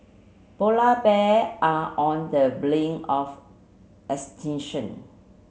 polar bear are on the brink of extinction